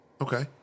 Okay